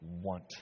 want